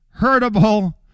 hurtable